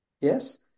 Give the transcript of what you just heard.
Yes